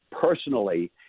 personally